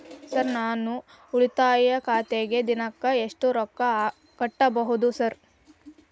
Sir ನಾನು ಉಳಿತಾಯ ಖಾತೆಗೆ ದಿನಕ್ಕ ಎಷ್ಟು ರೊಕ್ಕಾ ಕಟ್ಟುಬಹುದು ಸರ್?